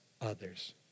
others